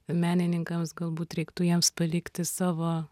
menininkams galbūt reiktų jiems palikti savo